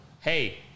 hey